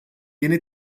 yeni